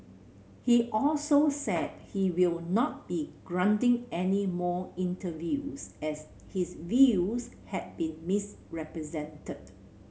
he also said he will not be granting any more interviews as his views had been misrepresented